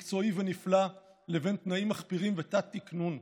מקצועי ונפלא לבין תנאים מחפירים ותת-תקנון.